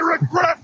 regret